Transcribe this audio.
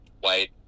white